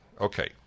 okay